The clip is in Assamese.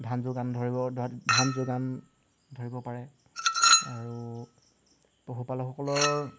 ধান যোগান ধৰিব ধান যোগান ধৰিব পাৰে আৰু পশুপালসকলৰ